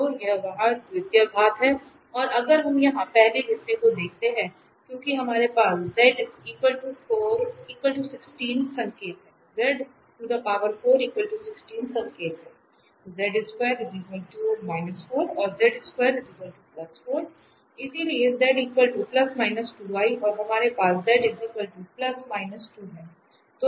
तो यह वहां दीर्घवृत्त है और अगर हम यहां पहले हिस्से को देखते हैं क्योंकि हमारे पास संकेत है और इसलिए और हमारे पास है